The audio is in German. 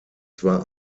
zwar